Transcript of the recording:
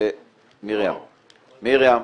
מרים,